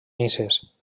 misses